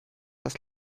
das